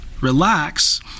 relax